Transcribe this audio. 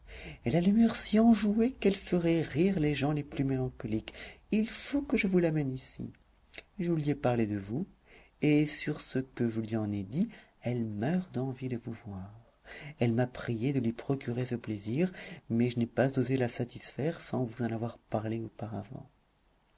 elle a l'humeur si enjouée qu'elle ferait rire les gens les plus mélancoliques il faut que je vous l'amène ici je lui ai parlé de vous et sur ce que je lui en ai dit elle meurt d'envie de vous voir elle m'a priée de lui procurer ce plaisir mais je n'ai pas osé la satisfaire sans vous en avoir parlé auparavant